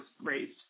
raised